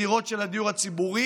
בדירות של הדיור הציבורי,